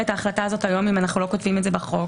את ההחלטה הזאת היום אם אנו לא כותבים את זה בחוק?